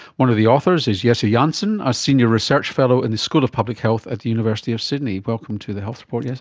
one of the authors is jesse jansen, a senior research fellow in the school of public health at the university of sydney. welcome to the health report yeah